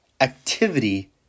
Activity